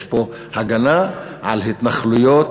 יש פה הגנה על התנחלויות,